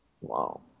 wow